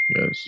yes